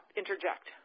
interject